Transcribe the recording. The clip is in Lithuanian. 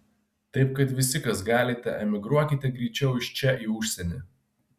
taip kad visi kas galite emigruokite greičiau iš čia į užsienį